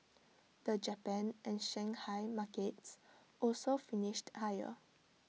the Japan and Shanghai markets also finished higher